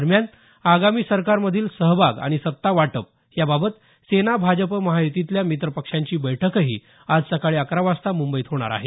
दरम्यान आगामी सरकारमधील सहभाग आणि सत्तावाटप याबाबत सेना भाजप महायुतीतल्या मित्रपक्षांची बैठकही आज सकाळी अकरा वाजता मुंबईत होणार आहे